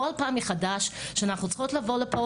כל פעם מחדש שאנחנו צריכות לבוא לפה